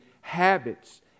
habits